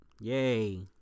yay